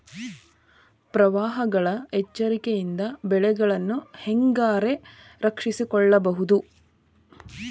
ಪ್ರವಾಹಗಳ ಎಚ್ಚರಿಕೆಯಿಂದ ಬೆಳೆಗಳನ್ನ ಹ್ಯಾಂಗ ರಕ್ಷಿಸಿಕೊಳ್ಳಬಹುದುರೇ?